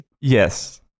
Yes